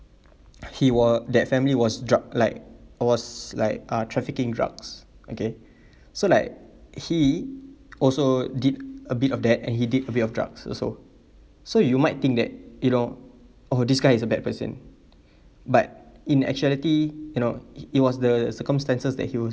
he wa~ that family was drug like it was like uh trafficking drugs okay so like he also did a bit of that and he did a bit of drugs also so you might think that you know oh this guy is a bad person but in actuality you know it was the circumstances that he was